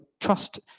trust